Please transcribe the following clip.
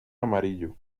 amarillo